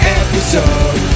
episode